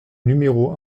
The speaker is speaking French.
numéro